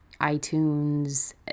iTunes